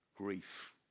grief